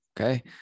Okay